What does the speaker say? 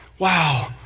wow